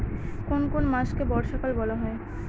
কোন কোন মাসকে বর্ষাকাল বলা হয়?